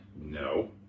No